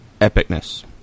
epicness